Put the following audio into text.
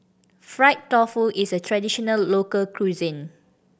fried tofu is a traditional local cuisine